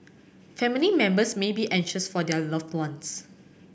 family members may be anxious for their loved ones